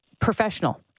professional